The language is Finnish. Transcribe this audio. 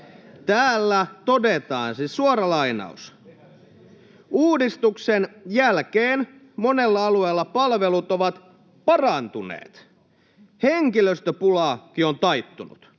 Täällä todetaan, suora lainaus: ”Uudistuksen jälkeen monella alueella palvelut ovat parantuneet. Henkilöstöpulakin on taittunut,